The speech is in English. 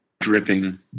dripping